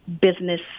business